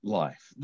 life